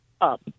up